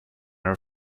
her